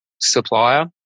supplier